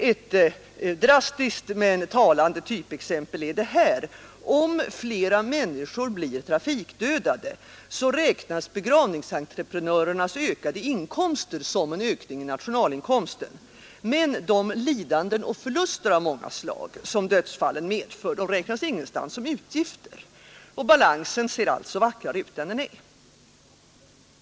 Ett drastiskt men talande typexempel är det här: om fler människor blir trafikdödade, räknas begravningsentreprenörernas ökade inkomster som en ökning i nationalinkomsten — men de lidanden och förluster av många slag som dödsfallen medför, räknas ingenstans som utgifter. Balansen ser alltså vackrare ut än den är.